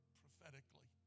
prophetically